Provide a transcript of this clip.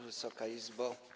Wysoka Izbo!